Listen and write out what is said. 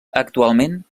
actualment